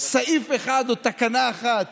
סעיף אחד או תקנה אחת